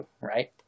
right